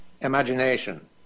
imagination